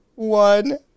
One